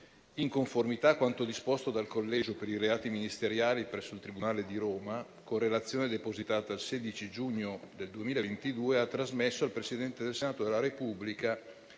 in conformità a quanto disposto dal Collegio per i reati ministeriali presso il tribunale di Roma, con relazione depositata il 16 giugno del 2022, ha trasmesso al Presidente del Senato della Repubblica